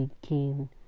begin